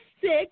six